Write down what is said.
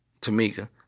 Tamika